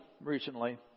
recently